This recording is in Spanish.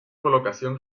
colocación